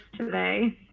today